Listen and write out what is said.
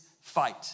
fight